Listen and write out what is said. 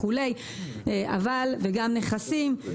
גם נכסים וכולי,